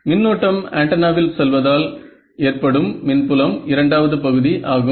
மின்னோட்டம் ஆண்டனாவில் செல்வதால் ஏற்படும் மின் புலம் இரண்டாவது பகுதி ஆகும்